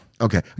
Okay